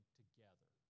together